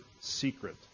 secret